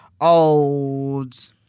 Old